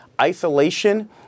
isolation